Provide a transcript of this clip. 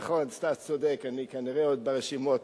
נכון, סטס צודק, אני כנראה עוד ברשימות.